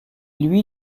lui